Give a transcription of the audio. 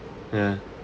ya